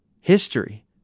History